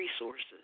resources